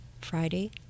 Friday